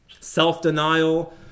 Self-denial